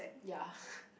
ya